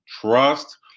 Trust